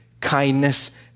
kindness